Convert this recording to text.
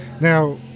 Now